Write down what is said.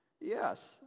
Yes